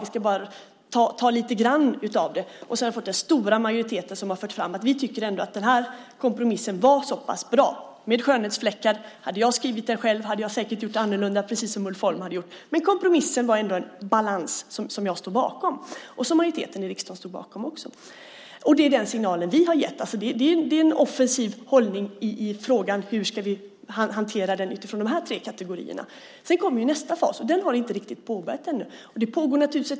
Vi ska bara ta lite grann av det. Sedan har den stora majoriteten fört fram att man tycker att den här kompromissen var bra, men att den hade skönhetsfläckar. Hade jag skrivit den själv hade jag säkert gjort annorlunda, precis som Ulf Holm hade gjort. Men kompromissen hade ändå en balans som jag står bakom och som majoriteten i riksdagen också står bakom. Det är den signalen vi har gett. Det är en offensiv hållning i frågan om hur vi ska hantera den utifrån de här tre kategorierna. Sedan kommer nästa fas, och den har inte riktigt påbörjats ännu.